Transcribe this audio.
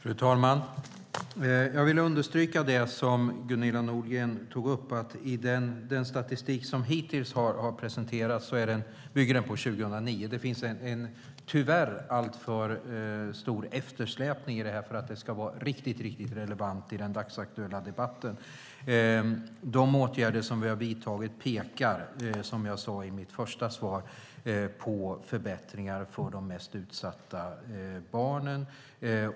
Fru talman! Jag vill understryka det som Gunilla Nordgren tog upp, att den statistik som hittills har presenterats bygger på uppgifter från 2009. Det finns tyvärr en alltför stor eftersläpning i den för att den ska vara riktigt relevant i den dagsaktuella debatten. De åtgärder som vi har vidtagit pekar, som jag sade i mitt interpellationssvar, på förbättringar för de mest utsatta barnen.